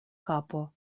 kapo